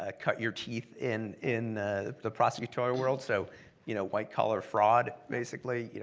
ah cut your teeth in in the prosecutorial world, so you know white collar fraud, basically. yeah